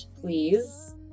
please